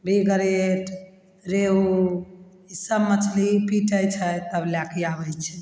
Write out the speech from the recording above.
B grade रेहू ई सब मछली पीटय छै तब लएके आबय छै